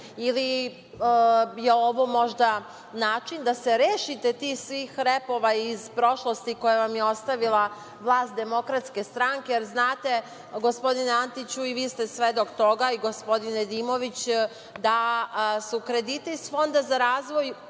je ovo možda način da se rešite tih svih repova iz prošlosti koje vam je ostavila vlast Demokratske stranke jer, znate, gospodine Antiću, i vi ste svedok toga i gospodin Nedimović, da su krediti iz Fonda za razvoj